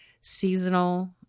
seasonal